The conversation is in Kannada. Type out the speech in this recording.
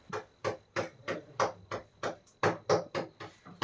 ಡೆಬಿಟ್ ಕಾರ್ಡ್ ಕಳೆದುಕೊಂಡಿರುವುದನ್ನು ಬ್ಯಾಂಕ್ ಗಮನಕ್ಕೆ ತರಲು ನಾನು ಬಯಸುತ್ತೇನೆ